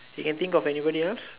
you can think of anybody else